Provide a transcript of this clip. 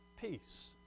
peace